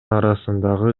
арасындагы